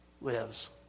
lives